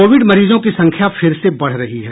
Covid मरीजों की संख्या फिर से बढ़ रही है